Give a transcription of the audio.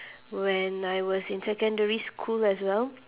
when I was in secondary school as well